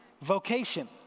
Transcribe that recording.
vocation